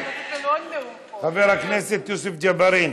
חבר הכנסת יוסף ג'בארין.